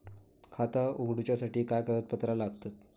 खाता उगडूच्यासाठी काय कागदपत्रा लागतत?